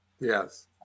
yes